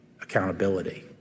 accountability